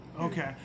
Okay